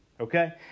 Okay